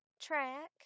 Track